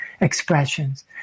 expressions